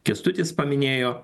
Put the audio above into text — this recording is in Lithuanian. kęstutis paminėjo